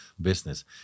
business